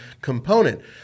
component